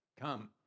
come